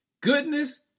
Goodness